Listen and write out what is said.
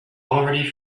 already